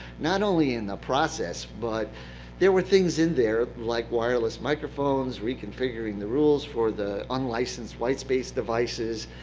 not only in the process, but there were things in there, like wireless microphones, reconfiguring the rules for the unlicensed white space devices,